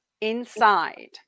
Inside